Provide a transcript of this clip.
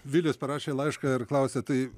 vilius parašė laišką ir klausia tai